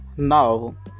now